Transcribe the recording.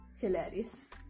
hilarious